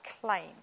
claim